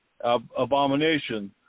abomination